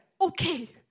okay